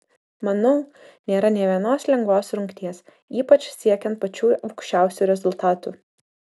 manau nėra nė vienos lengvos rungties ypač siekiant pačių aukščiausių rezultatų